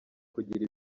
kugira